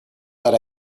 that